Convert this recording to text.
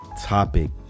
topic